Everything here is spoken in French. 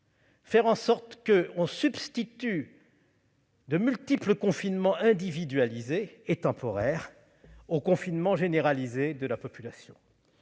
faire en sorte que l'on substitue de multiples confinements individualisés et temporaires au confinement généralisé de la population.